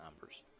numbers